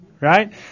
Right